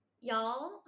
y'all